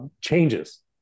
changes